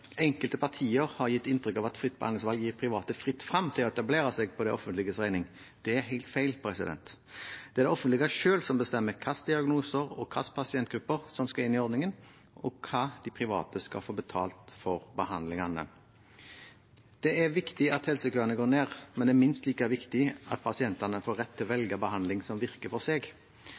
Enkelte partier har gitt inntrykk av at fritt behandlingsvalg gir private fritt frem til å etablere seg på det offentliges regning. Det er helt feil. Det er det offentlige selv som bestemmer hvilke diagnoser og hvilke pasientgrupper som skal inn i ordningen, og hva de private skal få betalt for behandlingene. Det er viktig at helsekøene går ned, men det er minst like viktig at pasientene får rett til å velge behandling som virker for seg.